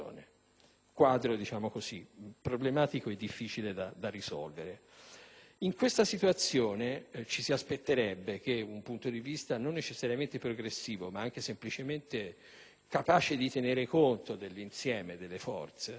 quadro problematico e difficile da risolvere. In tale situazione ci si aspetterebbe che un punto di vista non necessariamente progressivo, ma anche semplicemente capace di tenere conto dell'insieme delle forze